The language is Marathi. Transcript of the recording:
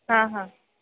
हां हां